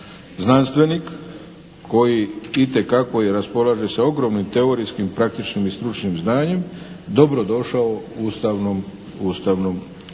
znanstvenik koji itekako je, raspolaže sa ogromnim teorijskim, praktičnim i stručnim znanjem dobro došao Ustavnom sudu